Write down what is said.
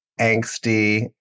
angsty